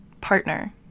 partner